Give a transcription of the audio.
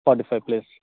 forty five plus